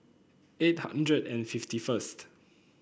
eight hundred and fifty first